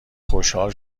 خوشحال